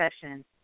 Discussion